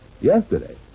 yesterday